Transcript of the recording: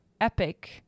epic